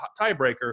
tiebreaker